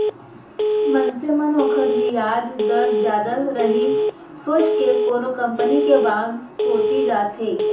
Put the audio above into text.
मनसे मन ओकर बियाज दर जादा रही सोच के कोनो कंपनी के बांड कोती जाथें